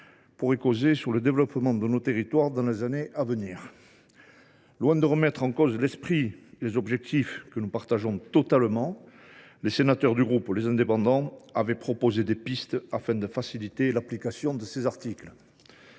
faire peser sur le développement de nos territoires dans les années à venir. Loin de remettre en cause l’esprit et l’objet de ces articles, que nous partageons totalement, les sénateurs du groupe Les Indépendants avaient proposé des pistes, afin d’en faciliter l’application. Nombre